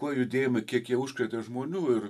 kuo judėjimai kiek jie užkrėtė žmonių ir